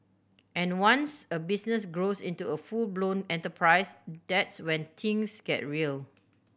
and once a business grows into a full blown enterprise that's when things get real